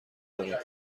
داره